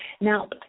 Now